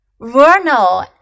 Vernal